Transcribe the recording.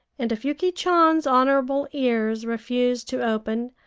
and if yuki chan's honorable ears refused to open,